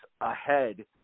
ahead